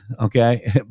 okay